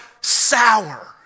sour